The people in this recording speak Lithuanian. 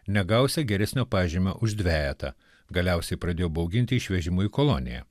negausią geresnio pažymio už dvejetą galiausiai pradėjo bauginti išvežimu į koloniją